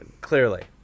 clearly